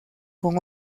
con